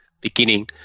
beginning